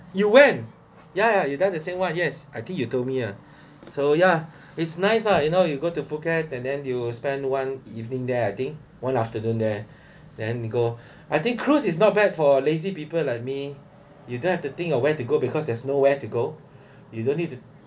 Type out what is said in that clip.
you went ya ya ya you done the same one yes I think you told me ah so yeah is nice lah you know you go to phuket and then you spend one evening there I think one afternoon there then go I think cruise is not bad for lazy people like me you don't have to think of where to go because there's nowhere to go you don't need to